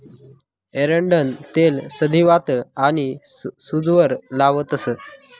एरंडनं तेल संधीवात आनी सूजवर लावतंस